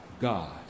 God